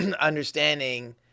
understanding